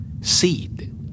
Seed